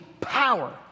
power